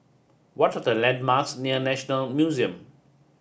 what are the landmarks near National Museum